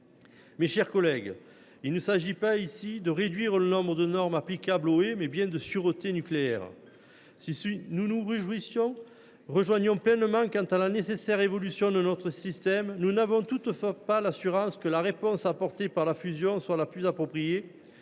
Mes chers collègues, il ne s’agit pas ici de réduire le nombre de normes applicables aux haies, mais il s’agit bien de sûreté nucléaire. Si nous nous rejoignons pleinement quant à la nécessaire évolution de notre système, nous n’avons toutefois pas l’assurance que la réponse apportée par la fusion soit la plus appropriée,